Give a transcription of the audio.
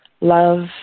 love